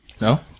No